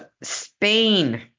Spain